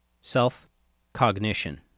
Self-Cognition